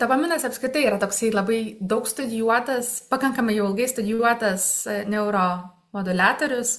dopaminas apskritai yra toksai labai daug studijuotas pakankamai jau ilgai studijuotas neuro moduliatorius